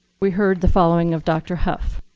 we heard the following of dr. hough.